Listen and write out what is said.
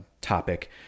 topic